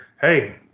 hey –